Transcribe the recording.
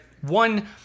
one